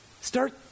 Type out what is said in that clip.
Start